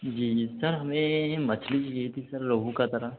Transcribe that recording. जी जी सर हमें मछली चाहिए थी सर रोहू कतरा